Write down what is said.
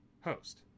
host